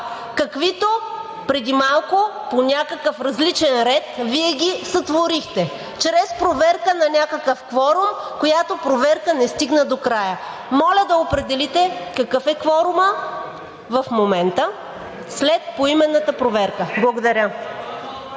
каквито преди малко, по някакъв различен ред Вие сътворихте, чрез проверка на някакъв кворум, която проверка не стигна до края. Моля да определите какъв е кворумът в момента след поименната проверка. Благодаря.